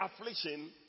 affliction